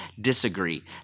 disagree